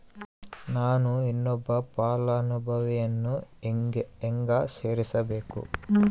ನಾನು ಇನ್ನೊಬ್ಬ ಫಲಾನುಭವಿಯನ್ನು ಹೆಂಗ ಸೇರಿಸಬೇಕು?